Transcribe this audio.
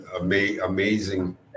amazing